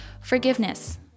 forgiveness